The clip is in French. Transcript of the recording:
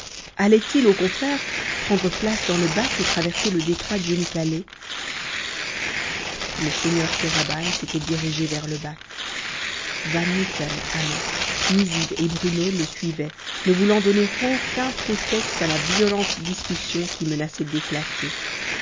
allait-il au contraire prendre place dans le bac et traverser le détroit d'iénikalé le seigneur kéraban s'était dirigé vers le bac van mitten ahmet nizib et bruno le suivaient ne voulant donner aucun prétexte à la violente discussion qui menaçait d'éclater